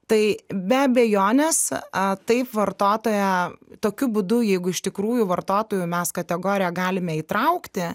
tai be abejonės a taip vartotoją tokiu būdu jeigu iš tikrųjų vartotojų mes kategoriją galime įtraukti